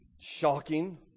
shocking